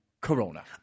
corona